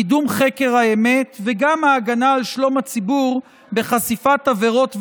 קידום חקר האמת וגם ההגנה על שלום הציבור בחשיפת עבירות ועבריינים.